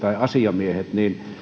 tai asiamiehet